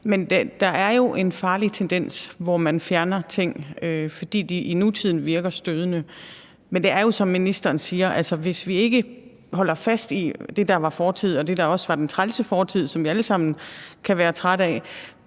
Men der er jo en farlig tendens, hvor man fjerner ting, fordi de i nutiden virker stødende. Men det er jo, som ministeren siger, sådan, at hvis vi ikke holder fast i det, der var fortid, og det, der også var den trælse fortid, som vi alle sammen kan være trætte af,